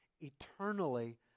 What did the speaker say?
eternally